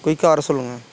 குயிக்காக வர சொல்லுங்கள்